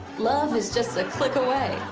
love is just a click away,